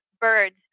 birds